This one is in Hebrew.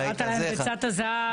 קראת להם ביצת הזהב.